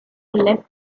left